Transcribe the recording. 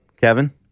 Kevin